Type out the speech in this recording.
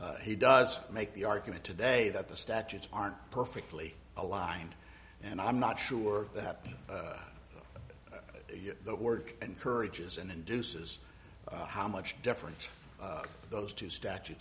is he does make the argument today that the statutes aren't perfectly aligned and i'm not sure that the word encourages and induces how much difference those two statu